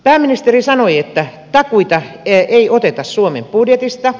pääministeri sanoi että takuita ei oteta suomen budjetista